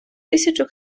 тисячу